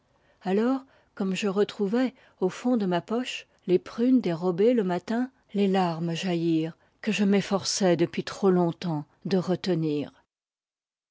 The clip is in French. alors comme je retrouvais au fond de ma poche les prunes dérobées le matin les larmes jaillirent que je m'efforçais depuis trop longtemps de retenir